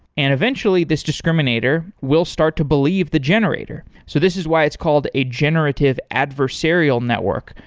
and eventually, this discriminator will start to believe the generator. so this is why it's called a generative adversarial network.